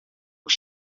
que